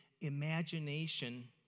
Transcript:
imagination